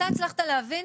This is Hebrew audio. אתה הצלחת להבין?